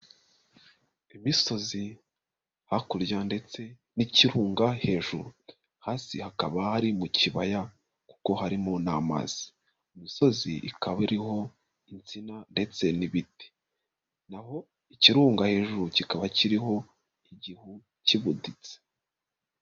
Imisozi hakurya ndetse n'ikirunga hejuru, hasi hakaba hari mu kibaya kuko harimo n'amazi, imisozi ikaba iriho insina ndetse n'ibiti, naho ikirunga hejuru kikaba kiriho igihu kibuditse.